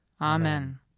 Amen